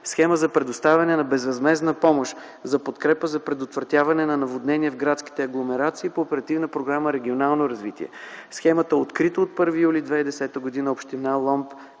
схема за предоставяне на безвъзмездна помощ за подкрепа за предотвратяване на наводнения в градските агломерации по Оперативна програма „Регионално развитие". Схемата е открита от 1 юли 2010 г. Община Лом